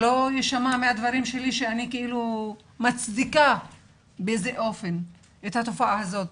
שלא ישמע מהדברים שלי שאני כאילו מצדיקה באיזה אופן את התופעה הזאת.